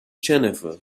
jennifer